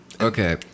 Okay